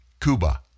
Cuba